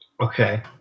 Okay